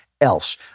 else